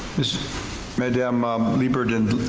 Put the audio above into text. madame um liebert and